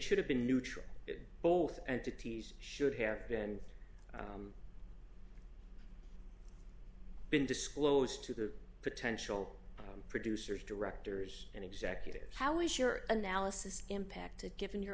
should have been neutral both entities should have been been disclosed to the potential producers directors and executives how is your analysis impacted given your